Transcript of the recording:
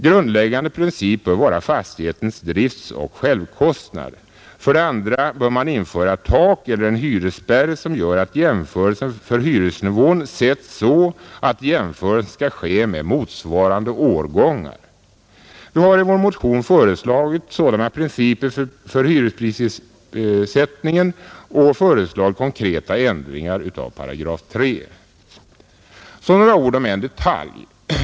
Grundläggande princip bör vara fastighetens driftoch självkostnad. 2. Ett tak eller en hyresspärr bör införas, som gör att jämförelsen för hyresnivån skall ske med motsvarande årgångar. Vi har i vår motion föreslagit sådana principer för hyresprissättningen och föreslagit konkreta ändringar av 3 §. Så några ord om en detalj.